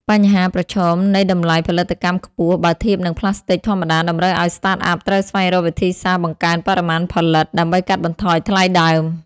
បញ្ហាប្រឈមនៃតម្លៃផលិតកម្មខ្ពស់បើធៀបនឹងប្លាស្ទិកធម្មតា តម្រូវឱ្យ Startup ត្រូវស្វែងរកវិធីសាស្ត្របង្កើនបរិមាណផលិត ដើម្បីកាត់បន្ថយថ្លៃដើម។